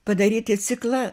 padaryti ciklą